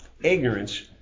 Ignorance